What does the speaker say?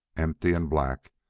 empty and black,